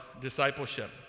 discipleship